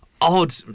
odd